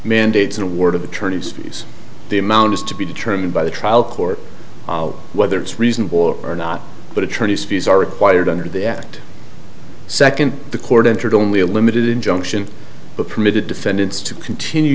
mandates an award of attorney's fees the amount is to be determined by the trial court whether it's reasonable or not but attorneys fees are required under the act second the court entered only a limited injunction but permitted defendants to continue